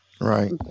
Right